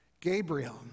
Gabriel